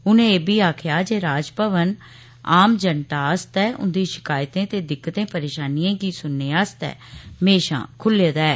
उनें एहबी आक्खेया जे राजभवन आम जनता आस्तै उन्दी शकायतें ते दिक्कतें परेशानियें गी सुनने आस्तै म्हेशां खुल्ले दा ऐ